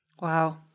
Wow